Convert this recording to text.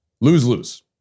Lose-lose